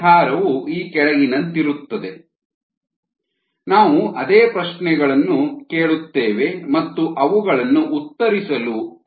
ಪರಿಹಾರವು ಈ ಕೆಳಗಿನಂತಿರುತ್ತದೆ ನಾವು ಅದೇ ಪ್ರಶ್ನೆಗಳನ್ನು ಕೇಳುತ್ತೇವೆ ಮತ್ತು ಅವುಗಳನ್ನು ಉತ್ತರಿಸಲು ಪ್ರಯತ್ನಿಸೋಣ